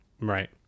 Right